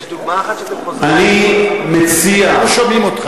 לא שומעים אותך,